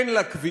אין לה קביעות,